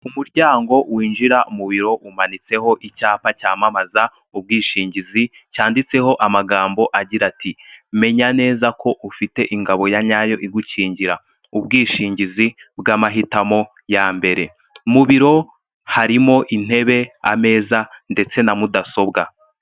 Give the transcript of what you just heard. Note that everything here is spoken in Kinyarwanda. Umuryango winjira mu biro umanitseho icyapa cyamamaza, ubwishingizi, cyanditseho amagambo agira ati "menya neza ko ufite ingabo ya nyayo igukingira, ubwishingizi bw'amahitamo ya mbere" mu biro harimo intebe, ameza ndetse na mudasobwa.